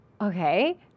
okay